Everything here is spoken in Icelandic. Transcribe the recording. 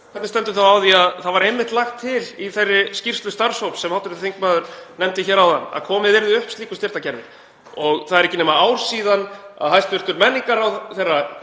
hvernig stendur þá á því að það var einmitt lagt til í þeirri skýrslu starfshóps sem hv. þingmaður nefndi hér áðan að komið yrði upp slíku styrktarkerfi? Það er ekki nema ár síðan að hæstv. menningarráðherra